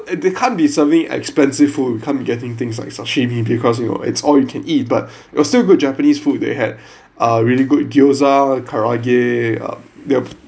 and they can't be serving expensive food we can't be getting things like sashimi because you know it's all you can eat but it was still good japanese food they had uh really good gyoza karaage uh they'd